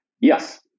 Yes